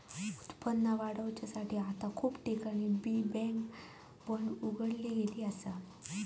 उत्पन्न वाढवुसाठी आता खूप ठिकाणी बी बँक पण उघडली गेली हा